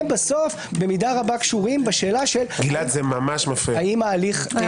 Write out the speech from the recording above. הם במידה רבה קשורים בשאלה של האם ההליך היה